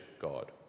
God